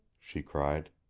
she cried.